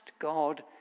God